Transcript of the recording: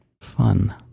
Fun